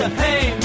hey